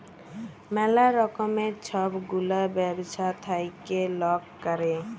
ম্যালা রকমের ছব গুলা ব্যবছা থ্যাইকে লক ক্যরে